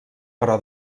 però